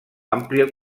àmplia